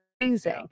amazing